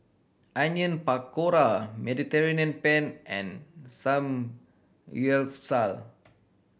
Onion Pakora Mediterranean Penne and Samgyeopsal